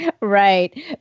right